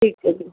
ਠੀਕ ਹੈ ਜੀ